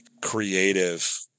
creative